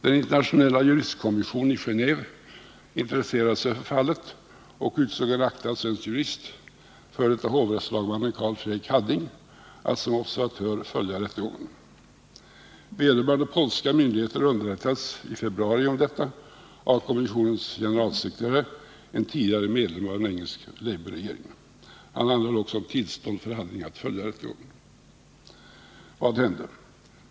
Den internationella juristkommissionen i Gen&ve intresserade sig för fallet och utsåg en aktad svensk jurist, f. d. hovrättslagmannen Carl Fredrik Hadding, att som observatör följa rättegången. Vederbörande polska myndigheter underrättades i februari om detta av kommissionens generalsekreterare, en tidigare medlem av en engelsk labourregering. Denne anhöll också om tillstånd för Hadding att följa rättegången.